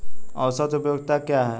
औसत उपयोगिता क्या है?